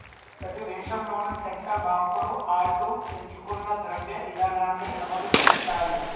ప్రతి దేశంలోనూ సెంట్రల్ బాంకులు ఆళ్లు ఎంచుకున్న ద్రవ్య ఇదానాన్ని అమలుసేత్తాయి